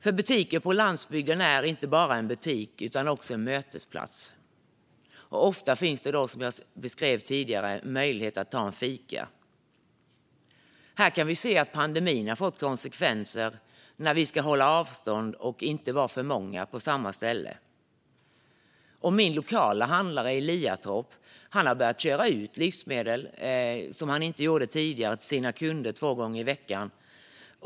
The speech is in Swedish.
För butiker på landsbygden är inte bara en butik utan också en mötesplats. Ofta finns det, som jag beskrev tidigare, möjlighet att ta en fika. Här kan vi se att pandemin har fått konsekvenser när vi ska hålla avstånd och inte vara för många på samma ställe. Min lokala handlare i Liatorp har som han inte gjorde tidigare börjat köra ut livsmedel till sina kunder två gånger i veckan.